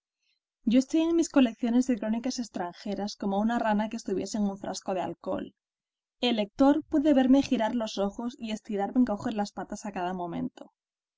yo estoy en mis colecciones de crónicas extranjeras como una rana que estuviese en un frasco de alcohol el lector puede verme girar los ojos y estirar o encoger las patas a cada momento